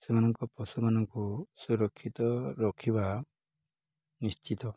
ସେମାନଙ୍କ ପଶୁମାନଙ୍କୁ ସୁରକ୍ଷିତ ରଖିବା ନିଶ୍ଚିତ